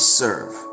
serve